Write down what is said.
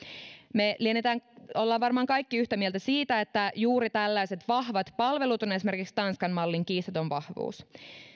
me lienemme varmaan kaikki yhtä mieltä siitä että juuri tällaiset vahvat palvelut ovat esimerkiksi tanskan mallin kiistaton vahvuus